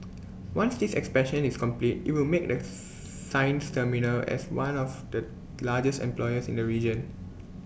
once this expansion is complete IT will make the Sines terminal as one of the largest employers in the region